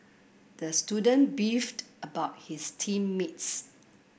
the student beefed about his team mates